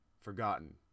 forgotten